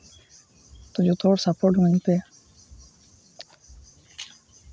ᱛᱚ ᱡᱚᱛᱚ ᱦᱚᱲ ᱥᱟᱯᱚᱴ ᱤᱢᱟᱹᱧ ᱯᱮ